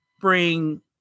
bring